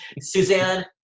Suzanne